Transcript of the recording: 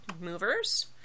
movers